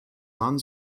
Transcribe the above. mann